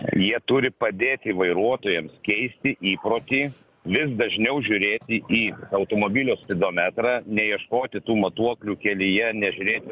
jie turi padėti vairuotojams keisti įprotį vis dažniau žiūrėti į automobilio spidometrą neieškoti tų matuoklių kelyje nežiūrėti